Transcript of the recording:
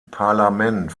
parlament